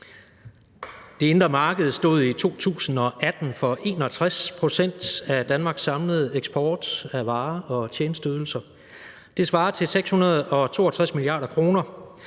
Det indre marked stod i 2018 for 61 pct. af Danmarks samlede eksport af varer og tjenesteydelser. Det svarer til 662 mia. kr.